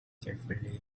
carefully